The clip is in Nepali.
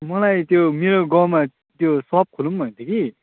मलाई त्यो मेरो गाउँमा त्यो सप खोलौँ भनेको थिएँ कि